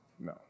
No